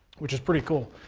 which is pretty cool.